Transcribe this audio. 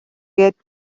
гээд